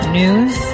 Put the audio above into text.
news